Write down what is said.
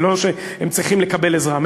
זה לא שהם צריכים לקבל עזרה,